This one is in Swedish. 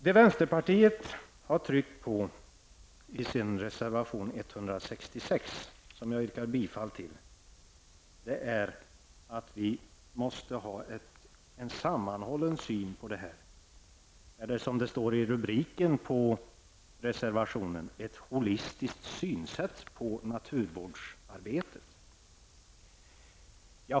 Det vänsterpartiet har tryckt på i sin reservation 166, som jag yrkar bifall till, är att vi måste ha en sammanhållen syn på detta eller ha ett, som det står i rubriken på reservationen, holistiskt synsätt på naturvårdsarbetet.